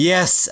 Yes